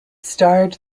starred